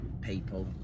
people